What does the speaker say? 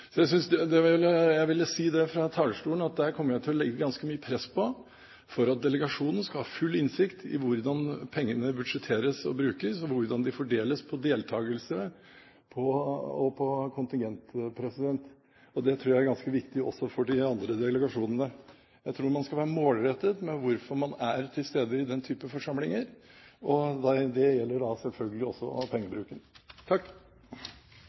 Jeg ville si fra talerstolen at jeg kommer til å legge ganske mye press på at delegasjonen skal ha full innsikt i hvordan pengene budsjetteres og brukes, og hvordan de fordeles på deltakelse og på kontingent. Det tror jeg er ganske viktig også for de andre delegasjonene. Jeg tror man skal være målrettet med hvorfor man er til stede i den type forsamlinger, og det gjelder selvfølgelig også